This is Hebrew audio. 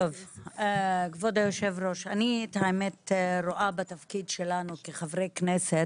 כבוד היושב-ראש, אני רואה בתפקיד שלנו כחברי כנסת,